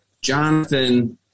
Jonathan